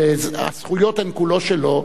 והזכויות הן כולן שלו,